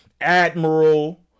admiral